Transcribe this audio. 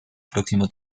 próximo